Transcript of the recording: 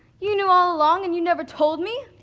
you knew all along and you never told me?